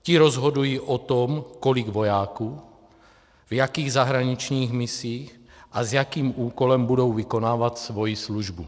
Ti rozhodují o tom, kolik vojáků, v jakých zahraničních misích a s jakým úkolem budou vykonávat svoji službu.